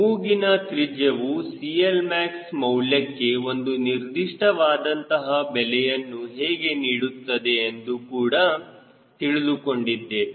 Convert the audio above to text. ಮೂಗಿನ ತ್ರಿಜ್ಯವು CLmax ಮೌಲ್ಯಕ್ಕೆ ಒಂದು ನಿರ್ದಿಷ್ಟವಾದಂತಹ ಬೆಲೆಯನ್ನು ಹೀಗೆ ನೀಡುತ್ತದೆ ಎಂದು ಕೂಡ ತಿಳಿದುಕೊಂಡಿದ್ದೇವೆ